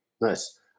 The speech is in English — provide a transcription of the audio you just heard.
nice